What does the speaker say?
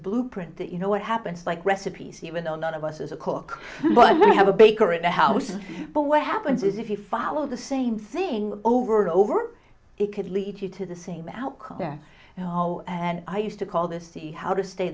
blueprint that you know what happens like recipes even though none of us as a cook but we have a baker in the house but what happens is if you follow the same thing over and over it could lead you to the same outcome there and i used to call this the how to stay